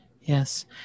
Yes